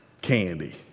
candy